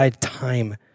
time